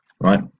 right